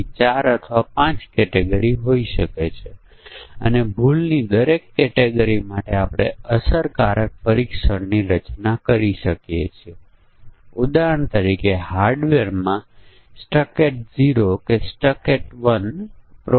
અને એકવાર આપણી પાસે નિર્ણય કોષ્ટક તૈયાર થઈ જાય પછી આપણે નિર્ણય કોષ્ટક પરીક્ષણ લાગુ કરી શકીએ છીએ કે દરેક કૉલમ એક પરીક્ષણ કેસ બની જાય છે